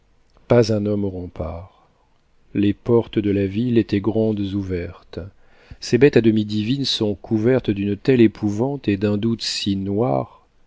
pas un homme aux remparts les portes de la ville étaient grandes ouvertes ces bêtes à demi divines sont couvertes d'une telle épouvante et d'un doute si noir